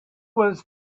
was